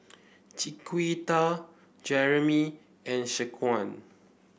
Chiquita Jeramy and Shaquan